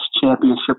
championship